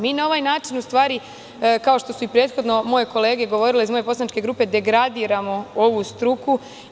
Mi na ovaj način, u stvari, kao što su i prethodno moje kolege govorile iz moje poslaničke grupe, degradiramo ovu struku.